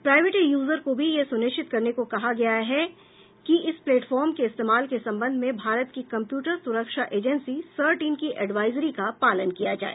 private user को भी यह सुनिश्चित करने को कहा गया है कि इस प्लेटफॉर्म के इस्तेमाल के संबंध में भारत की कम्प्युटर सुरक्षा एजेंसी सर्ट इन की एडवाइजरी का पालन किया जाए